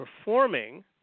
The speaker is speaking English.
performing